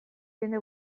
jende